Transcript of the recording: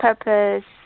purpose